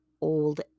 old